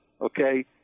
Okay